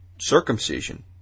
circumcision